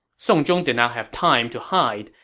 song zhong did not have time to hide,